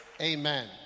Amen